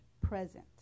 present